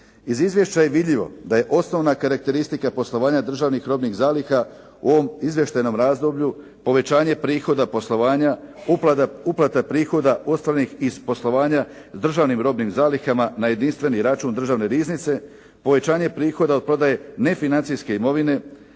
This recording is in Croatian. Iz izvješća je vidljivo da je osnovna karakteristika poslovanja državnih robnih zaliha, u ovom izvještajnom razdoblju povećanje prihoda poslovanja uplata prihoda ostvarenih iz poslovanja državnim robnim zalihama na jedinstveni račun državne riznice, povećanje prihoda od prodaje nefinancijske imovine,